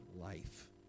life